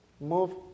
Move